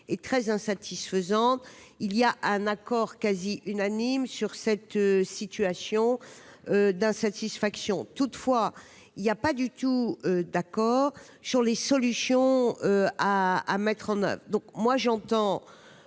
et très insatisfaisante il y a un accord quasi unanime sur cette situation d'insatisfaction, toutefois il y a pas du tout d'accord sur les solutions à mettre en oeuvre, donc moi j'entends